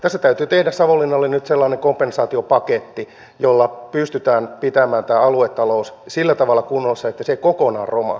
tässä täytyy tehdä savonlinnalle nyt sellainen kompensaatiopaketti jolla pystytään pitämään tämä aluetalous sillä tavalla kunnossa että se ei kokonaan romahda